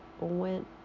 went